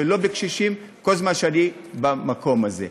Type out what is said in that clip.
ואתה חתום על המדיניות הזאת.